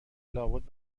لابد